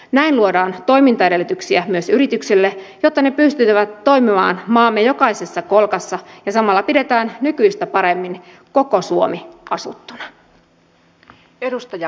näin luodaan toimintaedellytyksiä myös yrityksille jotta ne pystyisivät toimimaan maamme jokaisessa kolkassa ja samalla pidetään nykyistä paremmin koko suomi asuttuna